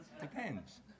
Depends